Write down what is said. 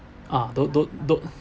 ah those those those